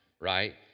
right